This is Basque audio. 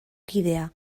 kidea